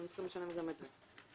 הם צריכים לשלם גם את זה.